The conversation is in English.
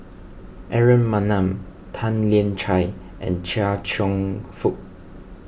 Aaron Maniam Tan Lian Chye and Chia Cheong Fook